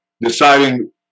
deciding